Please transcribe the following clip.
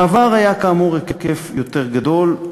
בעבר היה, כאמור, היקף יותר גדול.